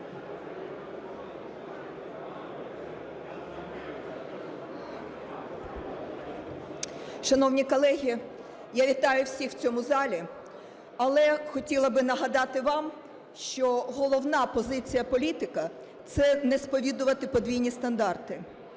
Шановні колеги, я вітаю всіх в цьому залі. Але хотіла би нагадати вам, що головна позиція політика - це не сповідувати подвійні стандарти.